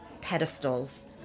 pedestals